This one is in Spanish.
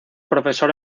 profesor